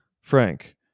Frank